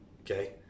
okay